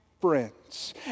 friends